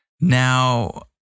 now